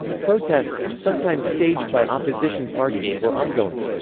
protests, sometimes staged by opposition parties, were ongoing.